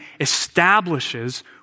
establishes